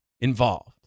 involved